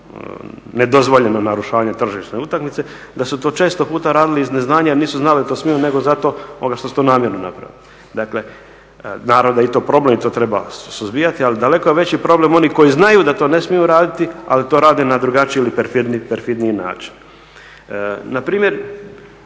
da su to često puta radili iz neznanja jer nisu znali jel to smiju nego zato što su to namjerno napravili. Naravno da je i to problem i to treba suzbijati ali daleko je veći problem oni koji znaju da to ne smiju raditi, ali to rade na drugačiji ili perfidniji način. Na primjer,